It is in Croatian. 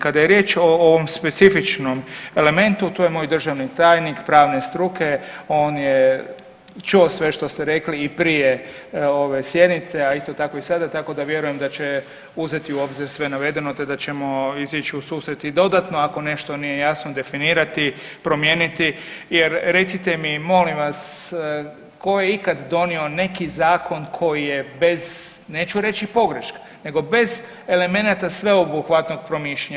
Kada je riječ o ovom specifičnom elementu, tu je moj državni tajnik pravne struke, on je čuo sve što ste rekli i prije ove sjednice, a isto tako i sada tako da vjerujem da će uzeti u obzir sve navedeno te da ćemo izići u susret i dodatno ako nešto nije jasno definirati, promijeniti jer recite mi molim vas tko je ikad donio neki zakon koji je bez neću reći pogreške, nego bez elemenata sveobuhvatnog promišljanja.